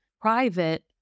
private